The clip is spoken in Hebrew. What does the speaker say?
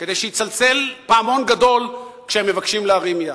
כדי שיצלצל פעמון גדול כשהם מבקשים להרים יד,